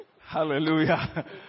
Hallelujah